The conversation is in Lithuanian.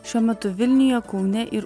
šiuo metu vilniuje kaune ir